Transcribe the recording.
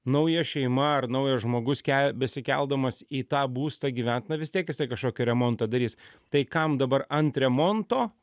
nauja šeima ar naujas žmogus kel besikeldamas į tą būstą gyvent na vis tiek jisai kažkokį remontą darys tai kam dabar ant remonto